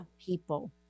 people